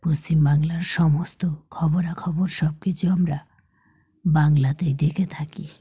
পশ্চিমবাংলার সমস্ত খবরাখবর সব কিছু আমরা বাংলাতেই দেখে থাকি